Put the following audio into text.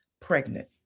pregnant